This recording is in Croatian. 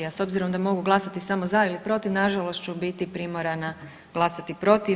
A s obzirom da mogu glasati samo za ili protiv na žalost ću biti primorana glasati protiv.